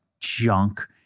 junk